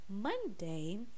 monday